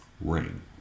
Ring